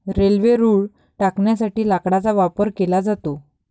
railway रुळ टाकण्यासाठी लाकडाचा वापर केला जातो